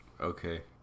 Okay